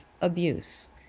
abuse